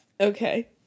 Okay